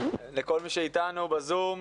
לכל מי שאתנו ב-זום,